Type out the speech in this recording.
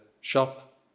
shop